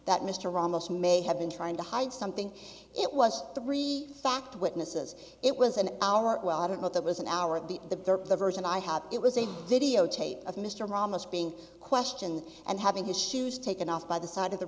that mr ramos may have been trying to hide something it was three fact witnesses it was an hour well i don't know that was an hour the the the version i have it was a videotape of mr ramos being questioned and having his shoes taken off by the side of the